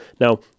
Now